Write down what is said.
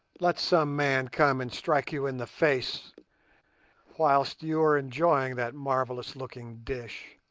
let some man come and strike you in the face whilst you are enjoying that marvellous-looking dish,